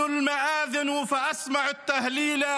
תודה רבה, אדוני.